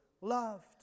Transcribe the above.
loved